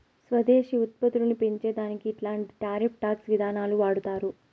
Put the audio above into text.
స్వదేశీ ఉత్పత్తులని పెంచే దానికి ఇట్లాంటి టారిఫ్ టాక్స్ విధానాలు వాడతారు